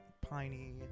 piney